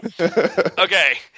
Okay